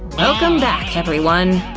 welcome back, everyone!